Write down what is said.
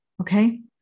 okay